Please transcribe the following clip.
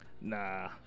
Nah